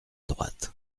droite